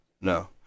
no